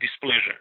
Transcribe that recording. displeasure